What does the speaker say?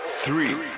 three